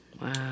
Wow